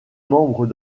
membres